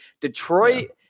Detroit